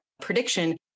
prediction